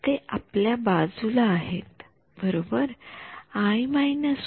ते आतल्या बाजूला आहेत बरोबर आय १